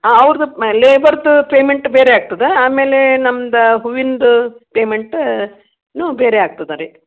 ಹಾಂ ಅವ್ರದ್ದು ಮೆ ಲೇಬರ್ದು ಪೇಮಂಟ್ ಬೇರೆ ಆಗ್ತದಾ ಆಮೇಲೆ ನಮ್ಮದು ಹೂವಿಂದು ಪೇಮೆಂಟ್ನೂ ಬೇರೆ ಆಗ್ತದ ರೀ